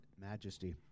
majesty